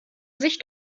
sich